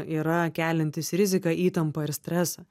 yra keliantys riziką įtampą ir stresą